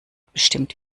bestimmt